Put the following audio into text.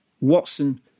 Watson